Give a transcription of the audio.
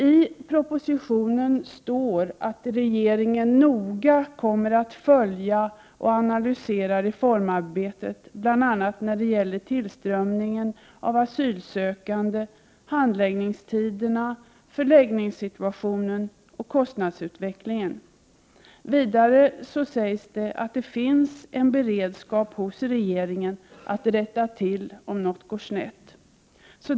I propositionen står det att regeringen noga kommer att följa och analysera reformarbetet bl.a. när det gäller tillströmningen av asylsökande, handläggningstiderna, förläggningssituationen och kostnadsutvecklingen. Vidare sägs det att det hos regeringen finns en beredskap för att rätta till sådant som går snett.